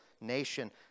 nation